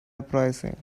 uprising